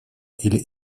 или